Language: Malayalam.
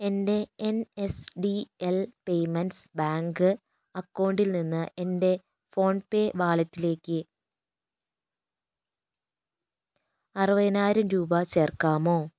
എൻ്റെ N S D L payments bank അക്കൗണ്ടിൽ നിന്ന് എൻ്റെ ഫോൺ പേ വാലറ്റിലേക്ക് അറുപതിനായിരം രൂപ ചേർക്കാമോ